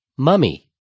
Mummy